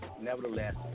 nevertheless